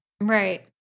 Right